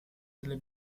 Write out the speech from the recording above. delle